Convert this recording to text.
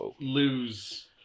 lose